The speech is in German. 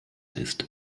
ist